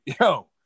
yo